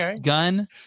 gun